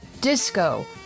disco